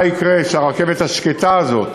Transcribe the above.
מה יקרה כשהרכבת השקטה הזאת,